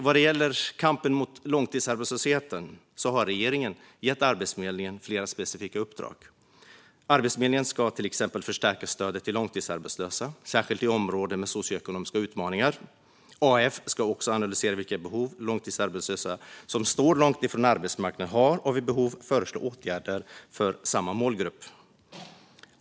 Vad gäller kampen mot långtidsarbetslösheten har regeringen gett Arbetsförmedlingen flera specifika uppdrag. Arbetsförmedlingen ska till exempel förstärka stödet till långtidsarbetslösa, särskilt i områden med socioekonomiska utmaningar. AF ska också analysera vilka behov långtidsarbetslösa som står långt från arbetsmarknaden har och vid behov föreslå åtgärder för samma målgrupp.